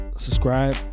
Subscribe